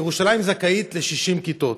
ירושלים זכאית ל-60 כיתות.